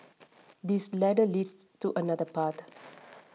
this ladder leads to another part